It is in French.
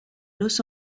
los